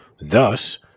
Thus